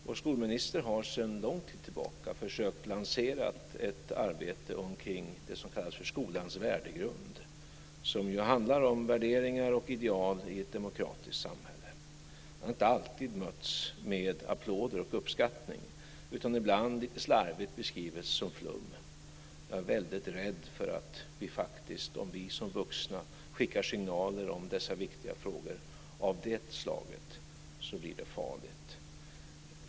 Vår skolminister har sedan lång tid tillbaka försökt lansera ett arbete omkring det som kallas för skolans värdegrund, som handlar om värderingar och ideal i ett demokratiskt samhälle. Det har inte alltid mötts med applåder och uppskattning utan ibland lite slarvigt beskrivits som flum. Om vi som vuxna skickar signaler om dessa viktiga frågor av det slaget är jag väldigt rädd att det blir farligt.